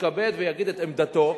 יתכבד ויגיד את עמדתו,